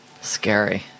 scary